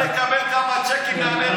לך תקבל כמה צ'קים מאמריקה,